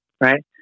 Right